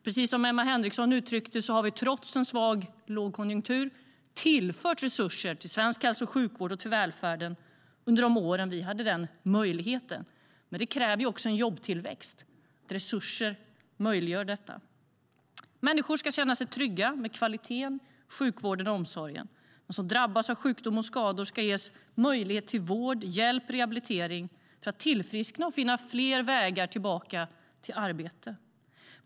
Precis som Emma Henriksson uttryckte det tillförde vi, trots en svag lågkonjunktur, resurser till svensk hälso och sjukvård och till välfärden under de år som vi hade den möjligheten. Men det kräver också en jobbtillväxt. Resurser möjliggör detta. Människor ska känna sig trygga med kvaliteten i sjukvården och omsorgen. De som drabbas av sjukdom och skador ska ges möjlighet till vård, hjälp och rehabilitering för att tillfriskna och finna fler vägar tillbaka till arbete.